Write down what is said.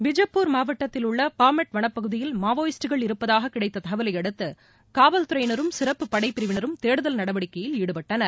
பீஜப்பூர் மாவட்டத்திலுள்ள பாமெட் வனப்பகுதியில் மாவோயிஸ்டுகள் இருப்பதாக கிடைத்த தகவலையடுத்து காவல்துறையினரும் சிறப்புப் படைபிரிவினரும் தேடுதல் நடவடிக்கையில் ஈடுபட்டனர்